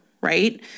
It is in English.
right